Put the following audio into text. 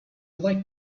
like